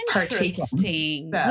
Interesting